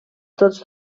tots